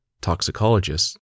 toxicologists